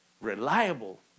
reliable